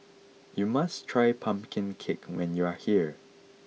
you must try Pumpkin Cake when you are here